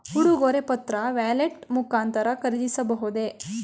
ಉಡುಗೊರೆ ಪತ್ರ ವ್ಯಾಲೆಟ್ ಮುಖಾಂತರ ಖರೀದಿಸಬಹುದೇ?